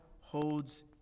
holds